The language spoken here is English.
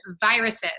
viruses